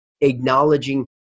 acknowledging